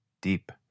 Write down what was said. Deep